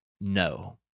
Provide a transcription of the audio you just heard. no